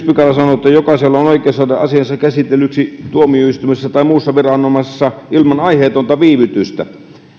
pykälä sanoo että jokaisella on oikeus saada asiansa käsitellyksi tuomioistuimessa tai muussa viranomaisessa ilman aiheetonta viivytystä